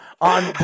on